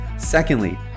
Secondly